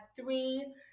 three